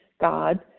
God